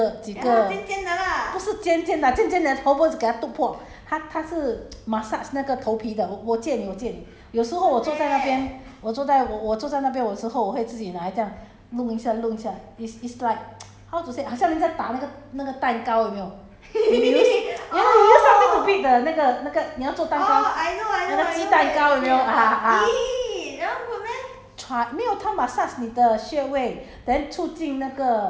有一个不是有一个它有一个 shape then 有几个几个不是尖尖 lah 尖尖你的头不是给它 tuk 破它它是 massage 那个头皮的我我借你我借你有时候我坐在那边我坐在我我坐在那边我有时候我会自己拿来这样弄一下弄一下 is is like how to say 好像人家打那个那个蛋糕有没有 you use ya lah you use something to beat the 那个那个你要做蛋糕那个鸡蛋糕有没有 ah ah